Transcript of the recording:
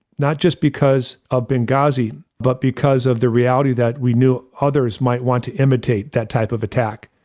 not just because i've benghazi, but because of the reality that we knew others might want to imitate that type of attack.